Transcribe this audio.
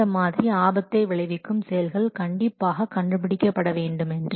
இந்த மாதிரி ஆபத்தை விளைவிக்கும் செயல்கள் கண்டிப்பாக கண்டுபிடிக்க வேண்டுமென்று